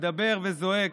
מדבר וזועק,